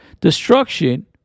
destruction